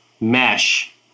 mesh